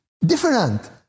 different